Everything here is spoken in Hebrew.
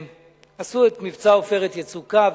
עשו את מבצע "עופרת יצוקה",